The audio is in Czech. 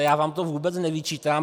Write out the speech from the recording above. Já vám to vůbec nevyčítám.